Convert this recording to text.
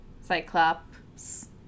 Cyclops